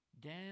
down